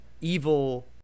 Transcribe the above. evil